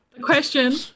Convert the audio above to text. question